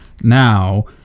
Now